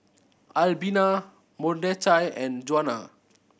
Albina Mordechai and Juana